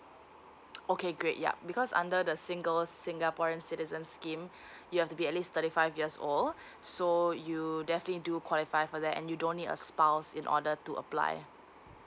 okay great yeah because under the single singaporean citizen scheme you have to be at least thirty five years old so you definitely do qualify for that and you don't need a spouse in order to apply